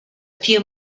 few